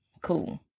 cool